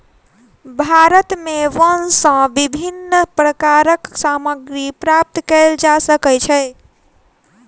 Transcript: भारत में वन सॅ विभिन्न प्रकारक सामग्री प्राप्त कयल जा सकै छै